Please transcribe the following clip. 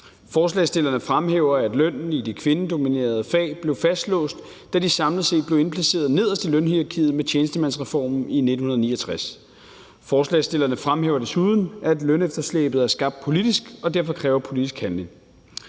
Forslagsstillerne fremhæver, at lønnen i de kvindedominerede fag blev fastlåst, da de samlet set blevet indplaceret nederst i lønhierarkiet med tjenestemandsreformen i 1969. Forslagsstillerne fremhæver desuden, at lønefterslæbet er skabt politisk og derfor kræver politisk handling.